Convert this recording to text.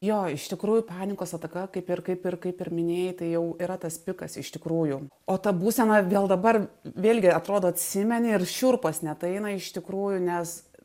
jo iš tikrųjų panikos ataka kaip ir kaip ir kaip ir minėjai tai jau yra tas pikas iš tikrųjų o ta būsena vėl dabar vėlgi atrodo atsimeni ir šiurpas net eina iš tikrųjų nes